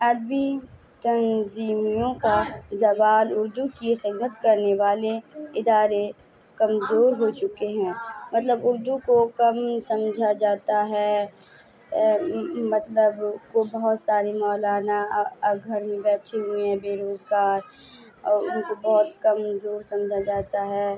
ادبی تنظیموں کا زبان اردو کی خدمت کرنے والے ادارے کمزور ہو چکے ہیں مطلب اردو کو کم سمجھا جاتا ہے مطلب کو بہت سارے مولانا گھر میں بیٹھے ہوئے ہیں بے روزگار اور ان کو بہت کمزور سمجھا جاتا ہے